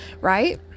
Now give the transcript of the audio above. right